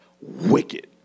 wicked